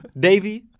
davey?